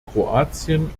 kroatien